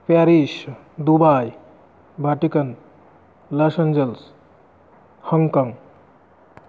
Paris Dubai Vatican Los Angeles Hong Kong